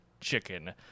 Chicken